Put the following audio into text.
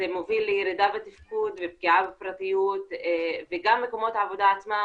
זה מוביל לירידה בתפקוד ולפגיעה בפרטיות וגם מקומות העבודה עצמם